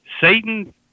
Satan